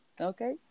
Okay